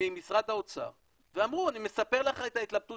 ממשרד האוצר ואמרו אני מספר לך את ההתלבטות